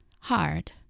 hard